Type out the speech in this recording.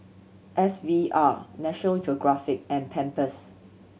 S V R National Geographic and Pampers